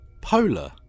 polar